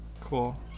Cool